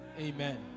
amen